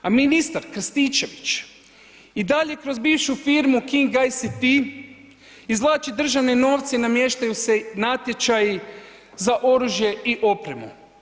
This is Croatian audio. A ministar Krstičević i dalje kroz bivšu firmu King ICT izvlači državne novce i namještaju se natječaji za oružje i opremu.